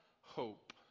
hope